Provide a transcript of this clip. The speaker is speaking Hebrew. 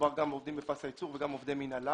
מדובר גם בעובדים בפס הייצור וגם עובדי מנהלה